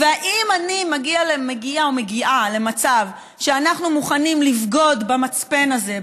ואם אני מגיע או מגיעה למצב שאנחנו מוכנים לבגוד במצפן הזה,